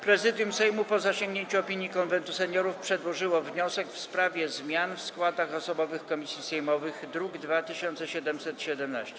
Prezydium Sejmu, po zasięgnięciu opinii Konwentu Seniorów, przedłożyło wniosek w sprawie zmian w składach osobowych komisji sejmowych, druk nr 2717.